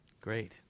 Great